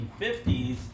1950s